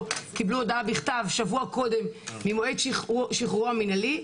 קיבלו הודעה בכתב שבוע קודם ממועד שחרורו המנהלי,